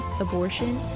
abortion